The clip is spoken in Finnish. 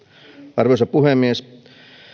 arvoisa puhemies